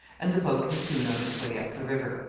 and the boat was soon on its way up the river.